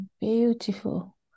Beautiful